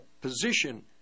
position